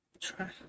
Try